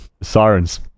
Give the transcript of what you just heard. Sirens